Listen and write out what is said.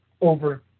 over